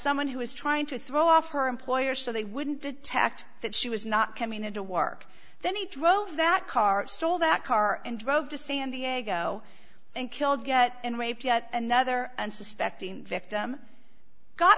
someone who was trying to throw off her employer so they wouldn't detect that she was not coming into work then he drove that car stole that car and drove to san diego and killed get and raped yet another unsuspecting victim got